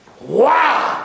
Wow